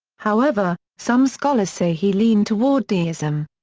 however, some scholars say he leaned toward deism.